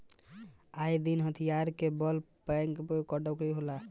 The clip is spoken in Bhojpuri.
आये दिन हथियार के बल पर बैंक में डकैती के कोशिश कईल जाता